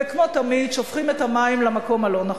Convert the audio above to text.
וכמו תמיד שופכים את המים למקום הלא-נכון.